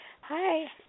Hi